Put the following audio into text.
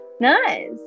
nice